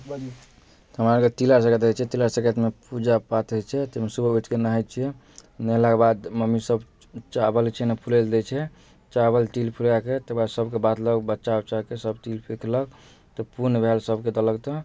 हमरा आओरके तिला सन्क्रान्ति होइ छै तिला सन्क्रान्तिमे पूजा पाठ होइ छै ताहिमे सुबह उठिके नहाइ छिए नहेलाके बाद मम्मीसभ चावल छै ने फुलैलए दै छै चावल तिल फुलाके तकर बाद सभके बाँटलक बच्चा उच्चाके सभ तिल फेर खेलक तऽ पुण्य भेल सभके देलक तऽ